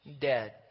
Dead